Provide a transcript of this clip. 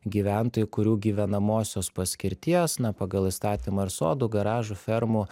gyventojų kurių gyvenamosios paskirties na pagal įstatymą ir sodų garažų fermų